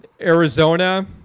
Arizona